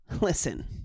listen